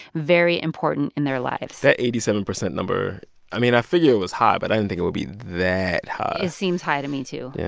very important in their lives. that eighty seven percent number i mean, i figured it was high. but i didn't think it would be that high it seems high to me, too yeah